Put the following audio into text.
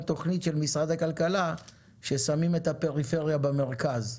התוכנית של משרד הכלכלה "שמים את הפריפריה במרכז".